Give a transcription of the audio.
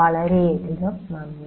വളരെയധികം നന്ദി